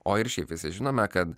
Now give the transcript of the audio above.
o ir šiaip visi žinome kad